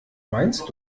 meinst